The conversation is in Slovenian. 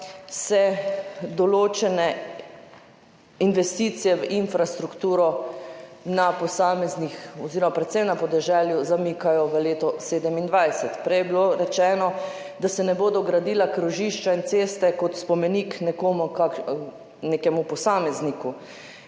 se določene investicije v infrastrukturo na posameznih [območjih] oziroma predvsem na podeželju zamikajo v leto 2027. Prej je bilo rečeno, da se ne bodo gradila krožišča in ceste kot spomenik nekemu posamezniku.